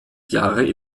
jahre